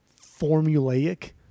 formulaic